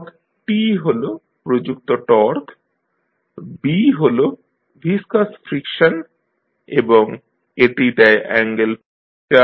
torque T হল প্রযুক্ত torque B হল ভিসকাস ফ্রিকশন এবং এটি দেয় অ্যাঙ্গেল এর ডিসপ্লেসমেন্ট